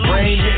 Rain